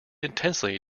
intensely